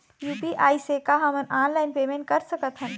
UPI से का हमन ऑनलाइन पेमेंट कर सकत हन?